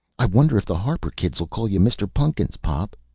i wonder if the harper kids'll call you mr. pun'kins, pop,